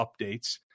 updates